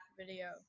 video